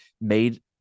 made